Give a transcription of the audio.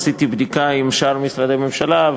עשיתי בדיקה עם שאר משרדי הממשלה,